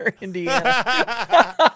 Indiana